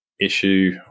issue